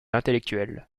intellectuelle